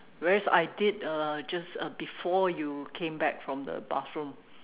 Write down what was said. whereas I did uh just uh before you came back from the bathroom